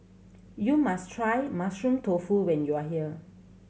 you must try Mushroom Tofu when you are here